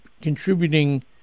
contributing